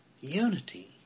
Unity